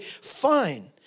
fine